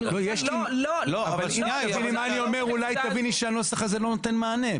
לא --- אם תביני מה שאני אומר אולי תביני שהנוסח הזה לא נותן מענה.